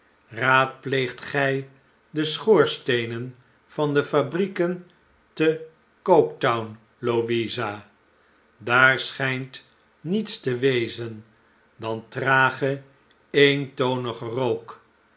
raadpleegt gij de schoorsteenen van de fabrieken te coketown louisa daar schijnt niets te wezen dan trage eentonige rook